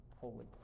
holy